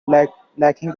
lacking